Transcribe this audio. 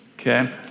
okay